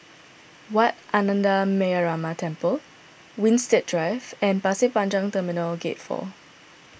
Wat Ananda Metyarama Temple Winstedt Drive and Pasir Panjang Terminal Gate four